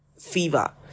fever